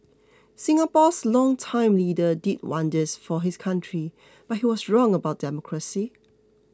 Singapore's longtime leader did wonders for his country but he was wrong about democracy